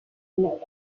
noted